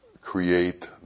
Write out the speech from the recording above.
create